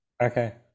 Okay